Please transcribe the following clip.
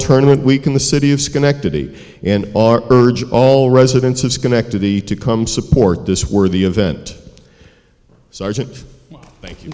tournament week in the city of schenectady and urge all residents of schenectady to come support this worthy event sergeant thank you